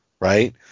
right